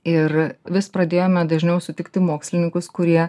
ir vis pradėjome dažniau sutikti mokslininkus kurie